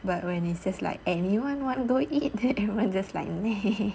but when it's just like anyone want to go eat then everyone just like meh